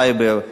הסייבר,